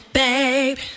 babe